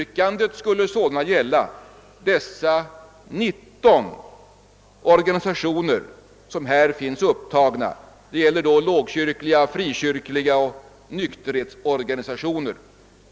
Yrkandet skulle sålunda gälla de 19 sammanslutningar som finns angivna och som utgörs av lågkyrkliga och frikyrkliga sammanslutningar samt nykterhetsorganisationer.